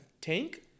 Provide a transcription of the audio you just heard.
tank